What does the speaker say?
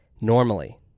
Normally